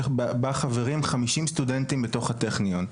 שבה חברים חמישים סטודנטים בתוך הטכניון.